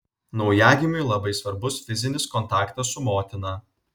naujagimiui labai svarbus fizinis kontaktas su motina